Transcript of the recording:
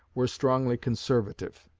were strongly conservative,